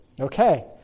Okay